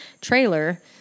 trailer